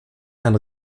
herrn